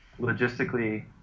logistically